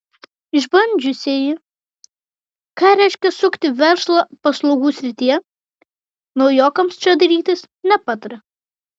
išbandžiusieji ką reiškia sukti verslą paslaugų srityje naujokams čia dairytis nepataria